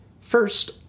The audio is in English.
First